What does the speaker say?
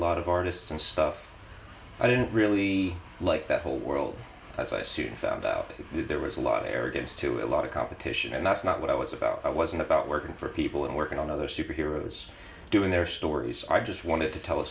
lot of artists and stuff i didn't really like that whole world as i soon found out there was a lot of arrogance to a lot of competition and that's not what i was about i wasn't about working for people and working on other superheroes doing their stories i just wanted to tell a